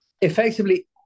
Effectively